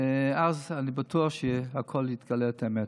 ואז אני בטוח שהכול יתגלה, האמת.